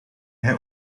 hij